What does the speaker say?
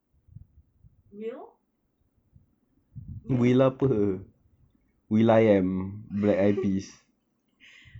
will will